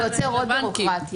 זה יוצר עוד ביורוקרטיה.